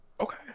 okay